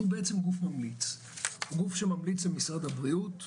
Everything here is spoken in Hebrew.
הוא גוף שממליץ למשרד הבריאות,